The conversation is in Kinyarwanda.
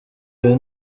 iyo